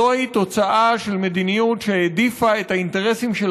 זוהי תוצאה של מדיניות שהעדיפה את האינטרסים של